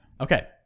Okay